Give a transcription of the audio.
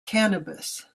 cannabis